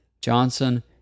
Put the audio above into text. Johnson